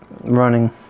running